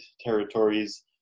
territories